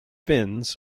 finns